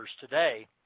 today